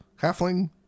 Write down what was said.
halfling